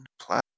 plus